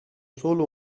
solo